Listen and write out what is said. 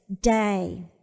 day